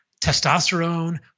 Testosterone